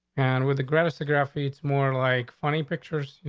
and with the greatest grafite, it's more like funny pictures,